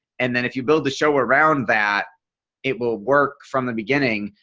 and then if you build the show around that it will work from the beginning.